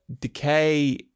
decay